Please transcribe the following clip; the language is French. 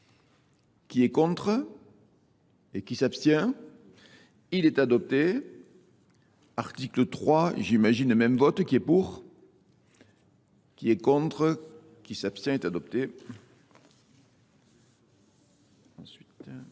qui est contre, et qui s'abstient. Il est adopté. Article 3, j'imagine le même vote, qui est pour, qui est contre, qui s'abstient, est adopté.